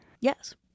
Yes